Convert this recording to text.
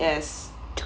is